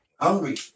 Hungry